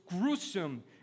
gruesome